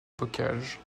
bocage